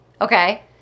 Okay